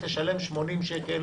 תשלם 80 שקל